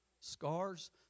Scars